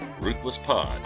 RuthlessPod